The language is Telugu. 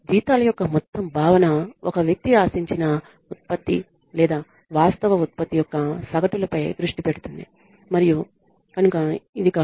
జీతాల యొక్క మొత్తం భావన ఒక వ్యక్తి ఆశించిన ఉత్పత్తి లేదా వాస్తవ ఉత్పత్తి యొక్క సగటులపై దృష్టి పెడుతుంది మరియు కనుక ఇది కాదు